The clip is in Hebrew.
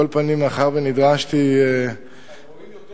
על כל פנים, מאחר שנדרשתי האירועים יותר